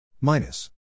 minus